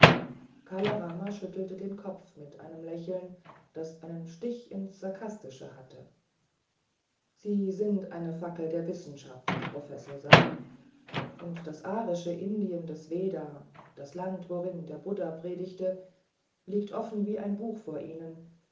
kala rama schüttelte den kopf mit einem lächeln das einen stich ins sarkastische hatte sie sind eine fackel der wissenschaft professor sahib und das arische indien des veda das land worin der buddha predigte liegt offen wie ein buch vor ihnen